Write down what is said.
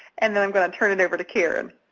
and then i'm going to turn it over to karen.